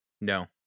No